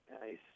Nice